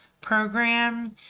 program